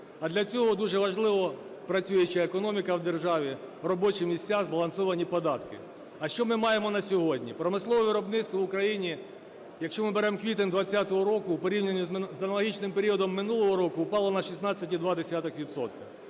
а для цього дуже важливо працююча економіка в державі, робочі місця, збалансовані податки. А що ми маємо на сьогодні? Промислове виробництво в Україні, якщо ми беремо квітень 20-го року, в порівнянні з аналогічним періодом минулого року упало на 16,2